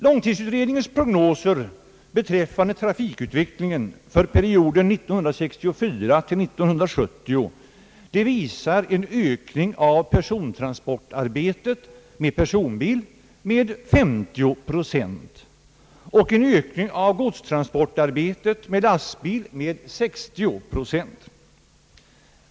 Långtidsutredningens prognoser beträffande trafikutvecklingen för perioden 1964—+1970 visar en ökning av persontransportarbetet med personbil med 50 procent och en ökning av godstransportarbetet med lastbil med 60 procent.